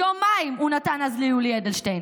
יומיים הוא נתן אז ליולי אדלשטיין.